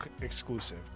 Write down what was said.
exclusive